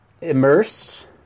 immersed